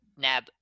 nab